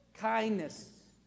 kindness